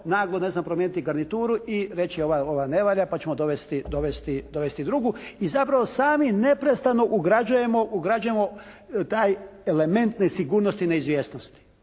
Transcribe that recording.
znam, promijeniti garnituru i reći, ovaj ili ova ne valja, pa ćemo dovesti drugu. I zapravo sami neprestano ugrađujemo taj element nesigurnosti, neizvjesnosti.